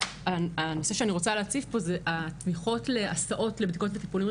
הנושא שאני רוצה להציף פה הוא התמיכות להסעות לבדיקות וטיפולים,